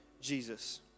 Jesus